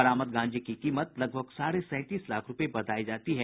बरामद गांजे की कीमत लगभग साढ़े सैंतीस लाख रुपये बताई जाती है